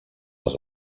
als